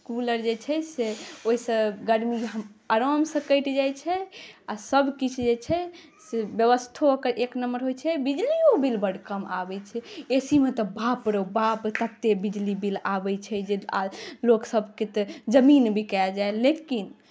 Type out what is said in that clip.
cooler जे छै ओहिसँ गरमी आरामसँ कटि जाइ छै आओर सबकिछु जे छै से बेबस्थो ओकर एक नम्बर होइ छै बिजलिओ बिल बड़ कम आबै छै ए सी मे तऽ बाप रौ बाप ततेक बिजली बिल आबै छै जे आदमी लोकसबके तऽ जमीन बिका जाइ लेकिन